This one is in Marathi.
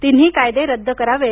तीन्ही कायदे रद्द करावीत